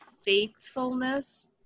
faithfulness